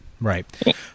right